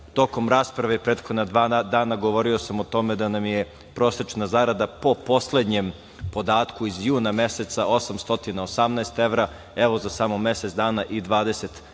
evra. Tokom rasprave prethodna dva dana govorio sam o tome da nam je prosečna zarada po poslednjem podatku iz juna meseca 818 evra, evo za samo mesec dana i 20 evra